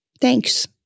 Thanks